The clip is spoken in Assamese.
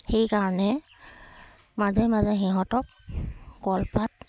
সেইকাৰণে মাজে মাজে সিহঁতক কলপাত